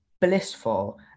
blissful